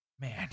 man